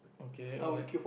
okay what